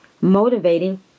motivating